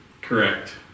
Correct